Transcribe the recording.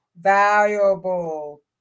valuable